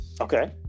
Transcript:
okay